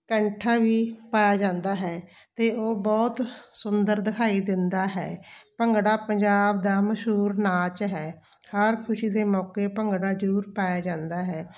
ਕੈਂਠਾ ਵੀ ਪਾਇਆ ਜਾਂਦਾ ਹੈ ਅਤੇ ਉਹ ਬਹੁਤ ਸੁੰਦਰ ਦਿਖਾਈ ਦਿੰਦਾ ਹੈ ਭੰਗੜਾ ਪੰਜਾਬ ਦਾ ਮਸ਼ਹੂਰ ਨਾਚ ਹੈ ਹਰ ਖੁਸ਼ੀ ਦੇ ਮੌਕੇ ਭੰਗੜਾ ਜ਼ਰੂਰ ਪਾਇਆ ਜਾਂਦਾ ਹੈ